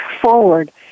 forward